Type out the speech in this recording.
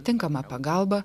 tinkamą pagalbą